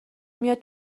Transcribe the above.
میاد